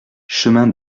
chemin